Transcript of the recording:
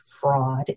fraud